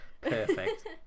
perfect